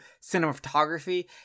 cinematography